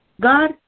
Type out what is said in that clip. God